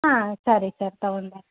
ಹಾಂ ಸರಿ ಸರ್ ತೊಗೊಂಡು ಬರ್ರಿ